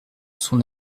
son